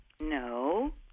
No